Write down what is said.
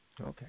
Okay